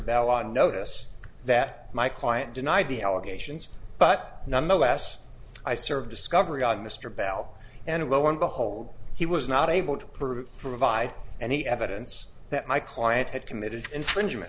bell on notice that my client denied the allegations but nonetheless i served discovery on mr bell and lo and behold he was not able to prove provide any evidence that my client had committed infringement